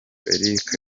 eric